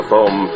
Foam